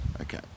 Okay